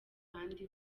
ahandi